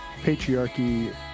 patriarchy